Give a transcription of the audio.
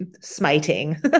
smiting